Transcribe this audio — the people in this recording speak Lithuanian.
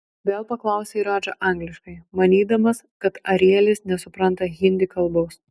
vėl paklausė radža angliškai manydamas kad arielis nesupranta hindi kalbos